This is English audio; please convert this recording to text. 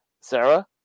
Sarah